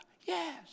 Yes